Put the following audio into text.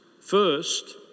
First